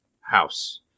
house